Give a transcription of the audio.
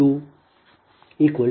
2 0